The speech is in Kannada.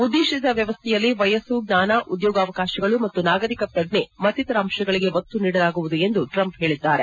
ಉದ್ದೇಶಿತ ವ್ಯವಸ್ಥೆಯಲ್ಲಿ ವಯಸ್ಸು ಜ್ಞಾನ ಉದ್ದೋಗಾವಕಾಶಗಳು ಮತ್ತು ನಾಗರಿಕ ಪ್ರಜ್ಞೆ ಮತ್ತಿತರ ಅಂತಗಳಿಗೆ ಒತ್ತು ನೀಡಲಾಗುವುದು ಎಂದು ಟ್ರಂಪ್ ಹೇಳಿದ್ದಾರೆ